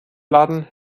laden